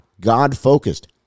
God-focused